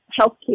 healthcare